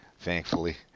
Thankfully